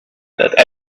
that